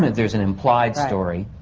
there's an implied story.